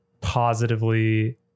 positively